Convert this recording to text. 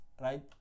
right